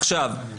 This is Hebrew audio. עכשיו,